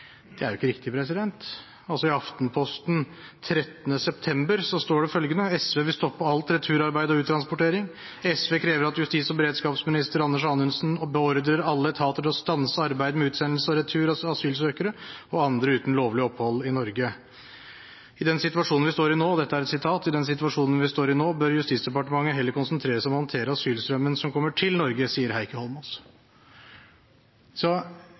Det er jo ikke riktig. I Aftenposten 13. september står det følgende: «SV vil stoppe alt returarbeid og uttransportering.» «SV krever at justis- og beredskapsminister Anders Anundsen beordrer alle etater til å stanse arbeidet med utsendelse og retur av asylsøkere og andre uten lovlig opphold i Norge.» «I den situasjonen vi står i nå, bør Justisdepartementet heller konsentrere seg om å håndtere asylstrømmen som kommer til Norge, sier Heikki Holmås.»